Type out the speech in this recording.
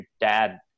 dad